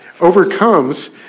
overcomes